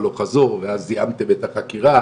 הלוך חזור ואז סיימתם את החקירה,